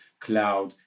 cloud